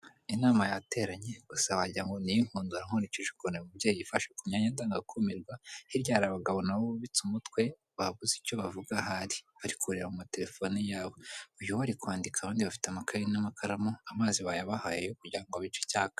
Inama yateranye gusa wagira ngo ni iy'inkundura nkurikije ukuntu umubyeyi yifashe ku myanya ndangakumirwa, hirya hari abagabo na bo bubitse umutwe, babuze icyo bavuga ahari. Bari kureba mu matelefone yabo. Uyu we ari kwandika, abandi bafite amakaye n'amakaramu, amazi bayabahaye kugira ngo abice icyaka.